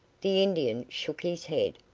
the indian shook his head.